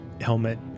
helmet